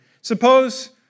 Suppose